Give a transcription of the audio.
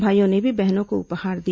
भाईयों ने भी बहनों को उपहार दिया